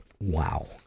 Wow